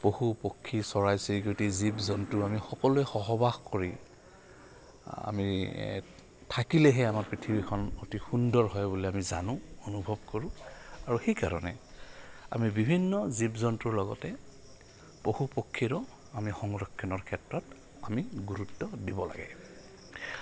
পশু পক্ষী চৰাই চিৰিকটি জীৱ জন্তু আমি সকলোৱে সহবাস কৰি আমি থাকিলেহে আমাৰ পৃথিৱীখন অতি সুন্দৰ হয় বুলি আমি জানো অনুভৱ কৰোঁ আৰু সেইকাৰণে আমি বিভিন্ন জীৱ জন্তুৰ লগতে পশু পক্ষীৰো আমি সংৰক্ষণৰ ক্ষেত্ৰত আমি গুৰুত্ব দিব লাগে